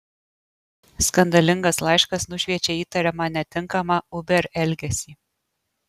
skandalingas laiškas nušviečia įtariamą netinkamą uber elgesį